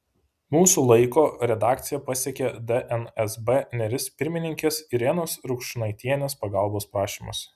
mūsų laiko redakciją pasiekė dnsb neris pirmininkės irenos rukšnaitienės pagalbos prašymas